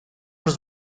روز